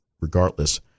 regardless